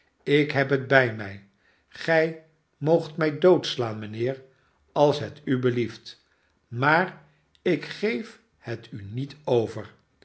ik heb het bij mij gij moogt mij doodslaan mijnheer als het u belieft maar ik geef het niet over